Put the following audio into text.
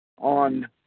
on